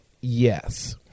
yes